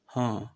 ହଁ